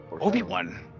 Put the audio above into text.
Obi-Wan